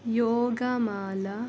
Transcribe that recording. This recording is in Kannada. ಯೋಗಮಾಲ